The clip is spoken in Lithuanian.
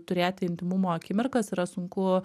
turėti intymumo akimirkas yra sunku